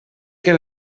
que